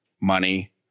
money